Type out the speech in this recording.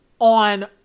on